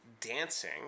dancing